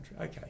okay